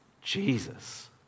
Jesus